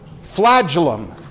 flagellum